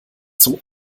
zum